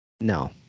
no